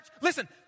listen